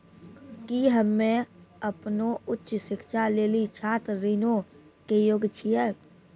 कि हम्मे अपनो उच्च शिक्षा लेली छात्र ऋणो के योग्य छियै?